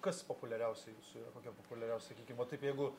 kas populiariausia jūsų yra kokie populiariau sakykim va jeigu